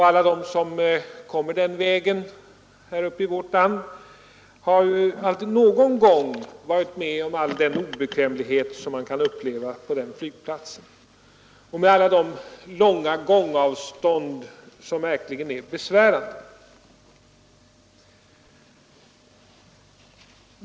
Alla de som kommer den vägen till vårt land har någon gång varit med om all den obekvämlighet som man kan uppleva på den flygplatsen med alla de långa gångavstånden, som verkligen är besvärande.